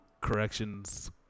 corrections